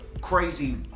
crazy